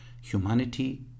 humanity